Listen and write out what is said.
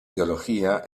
teología